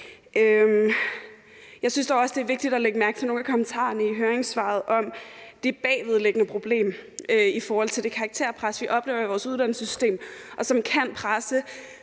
Jeg synes dog også, at det er vigtigt at lægge mærke til nogle af kommentarerne i høringssvarene om det bagvedliggende problem i forhold til det karakterpres, vi oplever i vores uddannelsessystem, og som kan presse